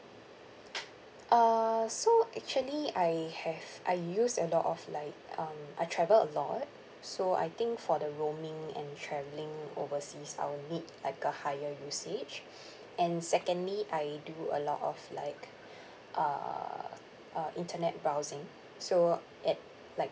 uh so actually I have I use a lot of like um I travel a lot so I think for the roaming and travelling overseas I would need like a higher usage and secondly I do a lot of like uh uh internet browsing so at like